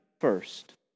first